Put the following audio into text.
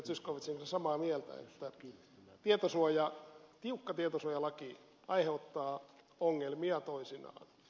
zyskowiczin kanssa samaa mieltä että tiukka tietosuojalaki aiheuttaa ongelmia toisinaan